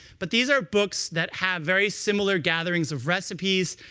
but these are books that have very similar gatherings of recipes,